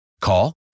Call